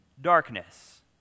darkness